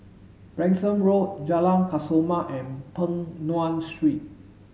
Branksome Road Jalan Kesoma and Peng Nguan Street